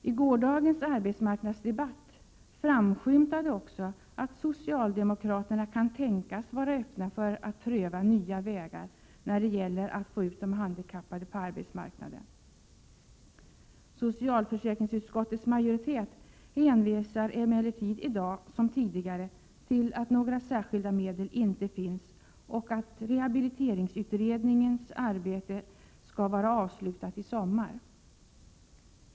I gårdagens arbetsmarknadsdebatt framskymtade också att socialdemokraterna kan tänkas vara öppna för att pröva nya vägar när det gäller att få ut de handikappade på arbetsmarknaden. Socialförsäkringsutskottets majoritet hänvisar emellertid i dag som tidigare till att några särskilda medel inte finns och att rehabiliteringsutredningens arbete skall vara avslutat i sommar.